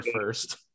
first